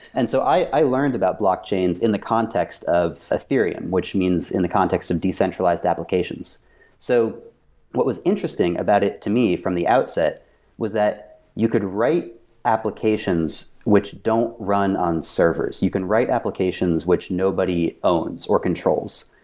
and so i i learned about blockchains in the context of ethereum, which means in the context of decentralized applications so what was interesting about it to me from the outset was that you could write applications which don't run on servers. you can write applications which nobody owns, or controls.